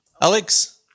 Alex